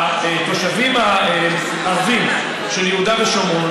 התושבים הערבים של יהודה ושומרון,